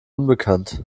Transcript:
unbekannt